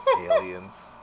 Aliens